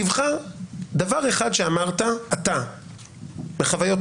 תבחר דבר אחד שאמרת אתה בחוויותיך,